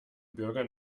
bürgern